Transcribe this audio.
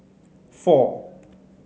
four